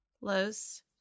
Los